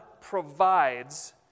provides